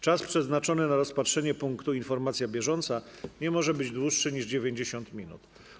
Czas przeznaczony na rozpatrzenie punktu: Informacja bieżąca nie może być dłuższy niż 90 minut.